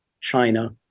China